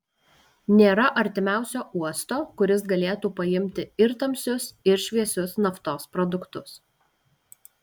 nėra artimiausio uosto kuris galėtų paimti ir tamsius ir šviesius naftos produktus